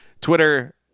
Twitter